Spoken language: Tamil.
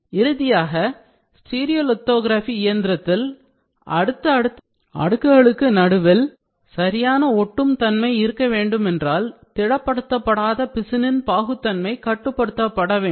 இறுதியாக ஸ்டீரியோலிதொகிரபி இயந்திரத்தில் அடுத்த அடுத்த அடுக்குகளுக்கு நடுவில் சரியான ஒட்டும் தன்மை இருக்கவேண்டுமென்றால் திடப்படுத்தபடாத பிசினின் பாகுத்தன்மை கட்டுப்படுத்தப்பட வேண்டும்